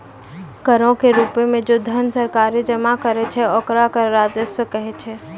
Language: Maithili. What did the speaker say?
करो के रूपो मे जे धन सरकारें जमा करै छै ओकरा कर राजस्व कहै छै